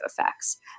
effects